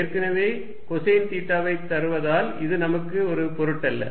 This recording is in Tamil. ஏற்கனவே கொசைன் தீட்டாவை தருவதால் இது நமக்கு ஒரு பொருட்டல்ல